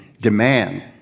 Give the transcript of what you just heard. demand